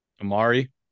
amari